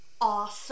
awesome